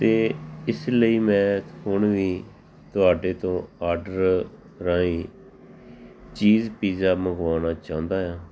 ਅਤੇ ਇਸ ਲਈ ਮੈਂ ਹੁਣ ਵੀ ਤੁਹਾਡੇ ਤੋਂ ਆਰਡਰ ਰਾਹੀਂ ਚੀਜ਼ ਪੀਜ਼ਾ ਮੰਗਵਾਉਣਾ ਚਾਹੁੰਦਾ ਹਾਂ